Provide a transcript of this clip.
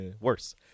worse